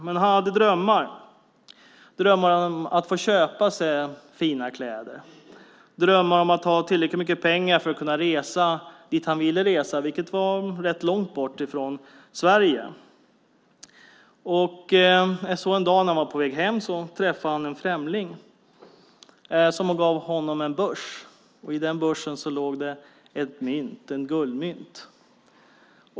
Men han hade drömmar - drömmar om att få köpa sig fina kläder, drömmar om att ha tillräckligt mycket pengar för att kunna resa dit han ville resa, vilket var rätt långt bort från Sverige. Så en dag när han var på väg hem träffade han en främling som gav honom en börs. I börsen låg ett guldmynt.